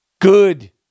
Good